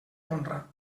honra